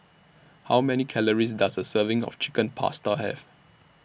How Many Calories Does A Serving of Chicken Pasta Have